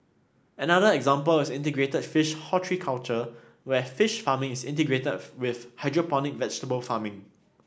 another example is integrated fish horticulture where fish farming is integrated with hydroponic vegetable farming